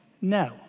no